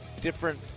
different